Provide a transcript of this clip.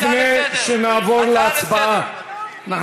לפני שנעבור להצבעה, הצעה לסדר.